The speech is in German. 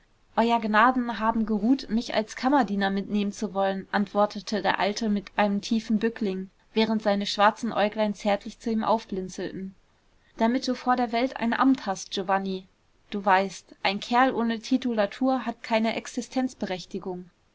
euer gnaden haben geruht mich als kammerdiener mitnehmen zu wollen antwortete der alte mit einem tiefen bückling während seine schwarzen äuglein zärtlich zu ihm aufblinzelten damit du vor der welt ein amt hast giovanni du weißt ein kerl ohne titulatur hat keine existenzberechtigung